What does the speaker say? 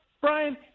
Brian